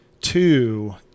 Two